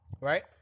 Right